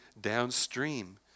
downstream